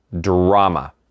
drama